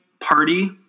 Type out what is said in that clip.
party